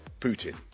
Putin